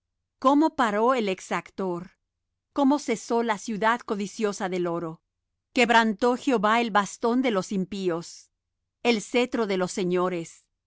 cómo paró el exactor cómo cesó la ciudad codiciosa del oro quebrantó jehová el bastón de los impíos el cetro de los señores